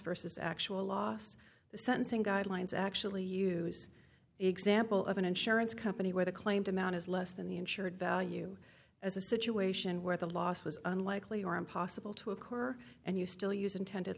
versus actual last sentencing guidelines actually use the example of an insurance company where the claimed amount is less than the insured value as a situation where the loss was unlikely or impossible to occur and you still use intended